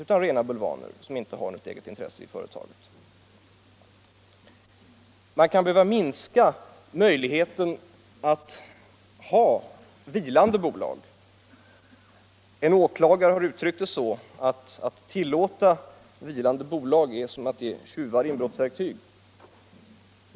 Vidare bör övervägas om man inte borde minska möjligheterna att inneha vilande bolag. En åklagare har uttryckt det så: Att tillåta vilande bolag är som att ge en tjuv inbrottsverktyg.